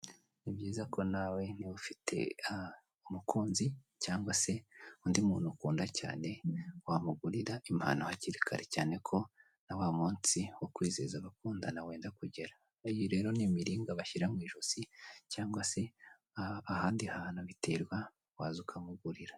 Ni byiza ko nawe niba ufite umukunzi cyangwa se undi muntu ukunda cyane wamugurira impano hakiri kare cyane ko na wa munsi wo kwizihiza abakundana wenda kugere. Iyi rero ni imirimbo bashyira mu ijosi cyangwa se ahandi hantu biterwa waza ukamugurira.